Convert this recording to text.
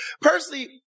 Personally